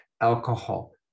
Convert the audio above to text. alcohol